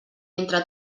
entre